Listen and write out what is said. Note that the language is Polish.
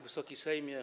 Wysoki Sejmie!